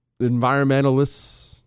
environmentalists